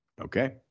Okay